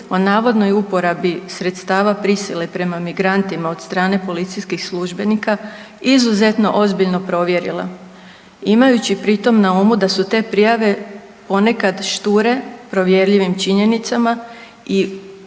o navodnoj uporabi sredstava prisile prema migrantima od strane policijskih službenika izuzetno ozbiljno provjerila imajući pritom na umu da su te prijave ponekad šture provjerljivim činjenicama i počesto